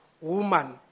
woman